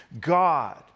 God